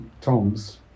Toms